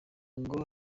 ngo